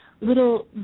little